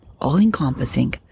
all-encompassing